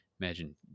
imagine